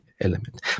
element